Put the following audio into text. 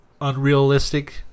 unrealistic